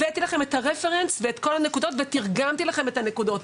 הבאתי לכם את הרפרנס ואת כל הנקודות ואני גם תרגמתי לכם את הנקודות.